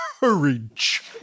Courage